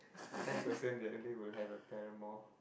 such person the other day will have a paramour